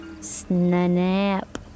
snap